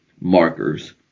markers